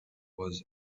was